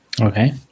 Okay